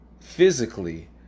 physically